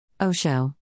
Osho